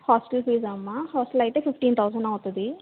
hostel ఫీజామ్మ hostel అయితే fifteen thousand అవుతుంది